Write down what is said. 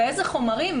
ואיזה חומרים,